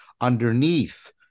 underneath